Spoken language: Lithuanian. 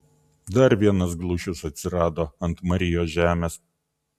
dar vienas glušius atsirado ant marijos žemės